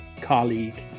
colleague